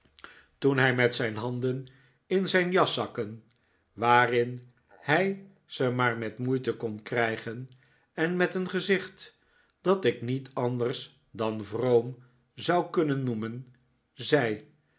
toen hij met zijn handen in zijn jaszakken waarin hij ze maar met moeite kon krijgen en met een gezicht dat ik niet anders dan vroom zou kunnen noemen zei